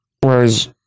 Whereas